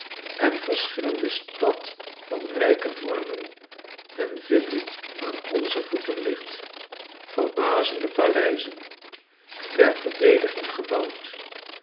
en verschillende stad van rijke vormen en vinding aan onze voeten ligt verbazende paleizen ter verdediging gebouwd